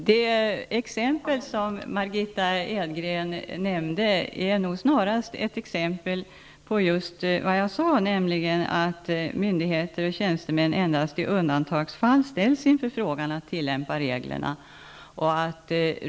Herr talman! De exempel som Margitta Edgren nämnde är nog snarast ett exempel på just vad jag sade, nämligen att myndigheter och tjänstemän endast i undantagsfall ställs inför att tillämpa reglerna.